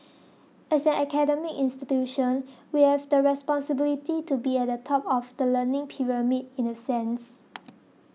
as an academic institution we have the responsibility to be at the top of the learning pyramid in the sense